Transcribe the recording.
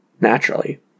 naturally